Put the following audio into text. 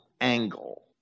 angle